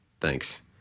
Thanks